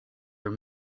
were